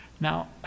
Now